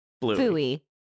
Bluey